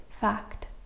fact